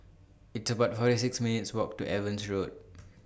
It's about forty six minutes' Walk to Evans Road